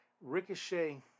Ricochet